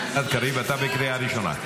גלעד קריב, אתה בקריאה ראשונה.